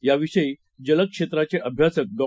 याविषयी जलक्षेत्राचे अभ्यासक डॉ